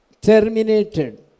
terminated